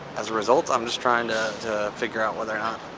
as a result, i'm just trying to figure out whether or not